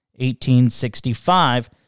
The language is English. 1865